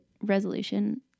resolution